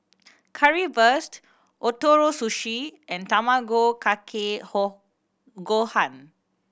Currywurst Ootoro Sushi and Tamago Kake Gohan